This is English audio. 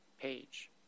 page